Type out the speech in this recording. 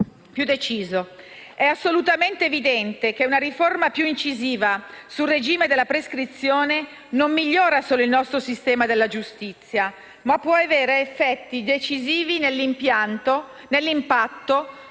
più deciso. È assolutamente evidente che una riforma più incisiva del regime della prescrizione non solo migliora il nostro sistema della giustizia, ma può avere effetti decisivi nell'impatto